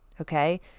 Okay